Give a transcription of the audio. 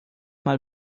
mal